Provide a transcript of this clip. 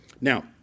Now